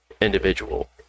individual